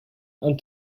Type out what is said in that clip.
and